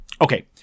Okay